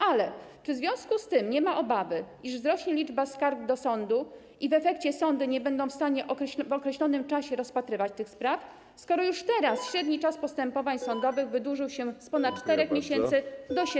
Ale czy w związku z tym nie ma obawy, iż wzrośnie liczba skarg do sądu i w efekcie sądy nie będą w stanie w określonym czasie rozpatrywać tych spraw, skoro już teraz średni czas postępowań sądowych wydłużył się z ponad 4 miesięcy do 7 miesięcy?